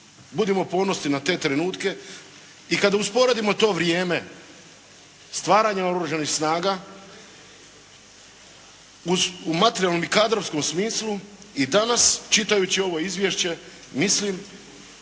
Budimo ponosni na te trenutke i kada usporedimo to vrijeme stvaranja Oružanih snaga, u materijalnom i kadrovskom smislu i danas čitajući ovo izvješće mislim,